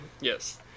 yes